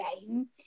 game